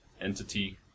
entity